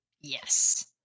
Yes